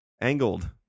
Angled